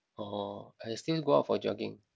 orh I still go out for jogging